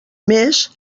més